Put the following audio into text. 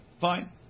Fine